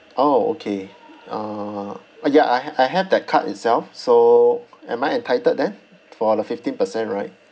orh okay uh ah ya I ha~ I have that card itself so am I entitled then for the fifteen percent right